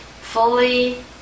fully